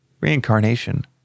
Reincarnation